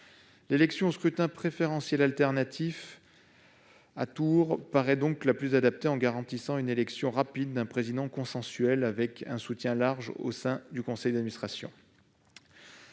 L'élection au scrutin préférentiel alternatif à un tour paraît de ce point de vue la plus adaptée, car elle garantit l'élection rapide d'un président consensuel, avec un soutien large au sein du conseil d'administration.